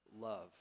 love